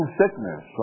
sickness